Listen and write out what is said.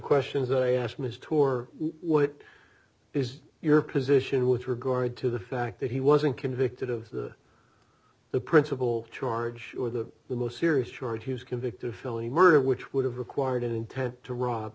questions i asked ms tour what is your position with regard to the fact that he wasn't convicted of the principle charge or that the most serious charge he was convicted of felony murder which would have required intent to rob